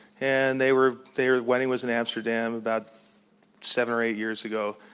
and they were their wedding was in amsterdam, about seven or eight years ago.